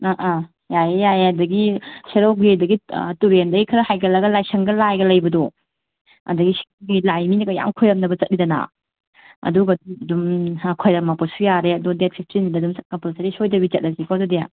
ꯑꯥ ꯑꯥ ꯌꯥꯏꯌꯦ ꯌꯥꯏꯌꯦ ꯑꯗꯒꯤ ꯁꯦꯔꯧꯒꯤ ꯑꯗꯒꯤ ꯇꯨꯔꯦꯟꯗꯒꯤ ꯈꯔ ꯍꯥꯏꯒꯠꯂꯒ ꯂꯥꯏꯁꯪꯒ ꯂꯥꯏꯒ ꯂꯩꯕꯗꯣ ꯑꯗꯒꯤ ꯁꯤꯒꯤ ꯂꯥꯏ ꯃꯤꯅꯒ ꯌꯥꯝ ꯈꯣꯏꯔꯝꯅꯕ ꯆꯠꯂꯤꯗꯅ ꯑꯗꯨꯒꯗꯨ ꯑꯗꯨꯝ ꯈꯣꯏꯔꯝꯂꯛꯄꯁꯨ ꯌꯥꯔꯦ ꯑꯗꯣ ꯗꯦꯠ ꯐꯤꯞꯇꯤꯟꯗ ꯑꯗꯨꯝ ꯆꯠꯄꯗꯣ ꯀꯝꯄꯜꯁꯔꯤ ꯁꯣꯏꯗꯕꯤ ꯆꯠꯂꯁꯤꯀꯣ ꯑꯗꯨꯗꯤ